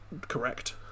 correct